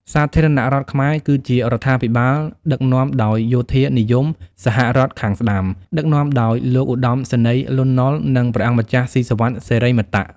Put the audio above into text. សាធារណរដ្ឋខ្មែរ គឺជារដ្ឋាភិបាលដឹកនាំដោយយោធានិយមសហរដ្ឋខាងស្តាំ ដឹកនាំដោយលោកឧត្តមសេនីយ៍លន់ នុល និងព្រះអង្គម្ចាស់សុីសុវិត សិរីមតៈ។